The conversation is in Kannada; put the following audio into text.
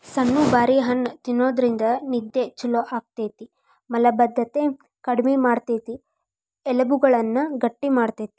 ಸಣ್ಣು ಬಾರಿ ಹಣ್ಣ ತಿನ್ನೋದ್ರಿಂದ ನಿದ್ದೆ ಚೊಲೋ ಆಗ್ತೇತಿ, ಮಲಭದ್ದತೆ ಕಡಿಮಿ ಮಾಡ್ತೆತಿ, ಎಲಬುಗಳನ್ನ ಗಟ್ಟಿ ಮಾಡ್ತೆತಿ